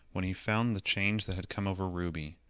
when he found the change that had come over ruby.